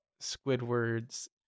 Squidward's